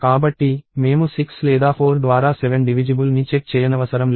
కాబట్టి మేము 6 లేదా 4 ద్వారా 7 డివిజిబుల్ ని చెక్ చేయనవసరం లేదు